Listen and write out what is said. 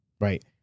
Right